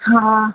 હા